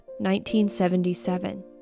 1977